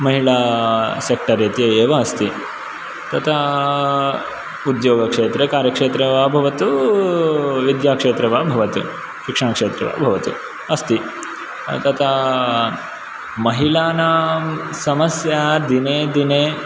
महिला सेक्टर् इति एव अस्ति तथा उद्योगक्षेत्रे कार्यक्षेत्रे वा भवतु विद्याक्षेत्रे वा भवतु शिक्षणक्षेत्रे वा भवतु अस्ति तता महिलानां समस्या दिने दिने